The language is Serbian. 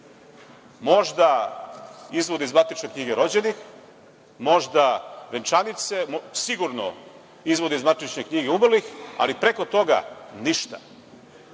Možda izvod iz matične knjige rođenih, možda venčanice, sigurno izvod iz matične knjige umrlih, ali preko toga ništa.